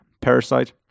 Parasite